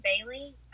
Bailey